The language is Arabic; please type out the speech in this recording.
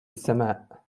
السماء